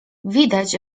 widać